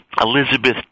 Elizabeth